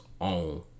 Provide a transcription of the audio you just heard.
own